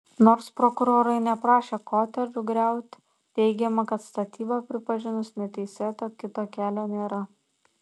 nors prokurorai neprašė kotedžų griauti teigiama kad statybą pripažinus neteisėta kito kelio nėra